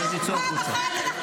אתה בריון אלים.